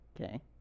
Okay